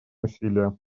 усилия